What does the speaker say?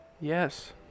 Yes